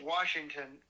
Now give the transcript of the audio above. Washington